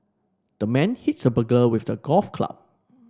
the man hits burglar with a golf club